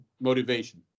motivation